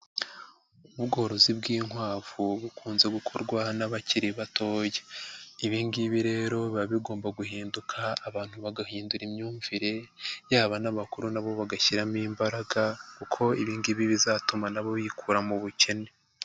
Ubworozi bw'inkwavu bukunze gukorwa n'abakiri batoya, ibi ngibi rero biba bigomba guhinduka abantu bagahindura imyumvire yabo n'abakuru nabo bagashyiramo imbaraga, kuko ibingibi bizatuma nabo bikura mu bukene.